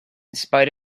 spite